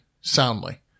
soundly